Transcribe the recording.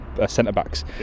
centre-backs